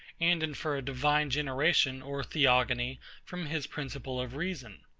and infer a divine generation or theogony from his principle of reason.